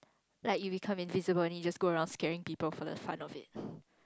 like you become invisible then you just go around scaring people for the fun of it